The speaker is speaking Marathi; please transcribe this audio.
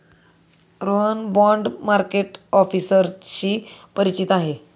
रोहन बाँड मार्केट ऑफर्सशी परिचित आहे